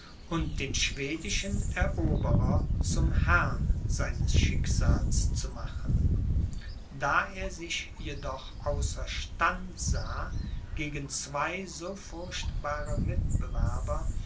und den schwedischen eroberer zum herrn seines schicksals zu machen da er sich jedoch außer stand sah gegen zwei so furchtbare mitbewerber